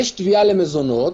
יש תביעה למזונות,